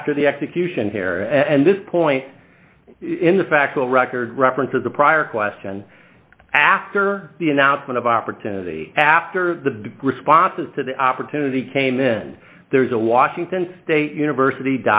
after the execution hare and this point in the factual record reference of the prior question after the announcement of opportunity after the responses to the opportunity came in there's a washington state university